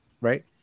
Right